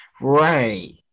Right